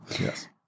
Yes